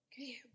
Okay